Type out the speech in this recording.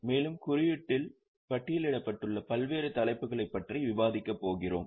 மேலும் குறியீட்டில் பட்டியலிடப்பட்டுள்ள பல்வேறு தலைப்புகளைப் பற்றி விவாதிக்கப் போகிறோம்